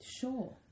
Sure